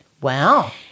Wow